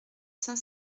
cinq